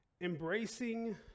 Embracing